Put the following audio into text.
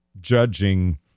judging